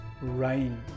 rain